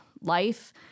life